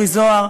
אורי זוהר,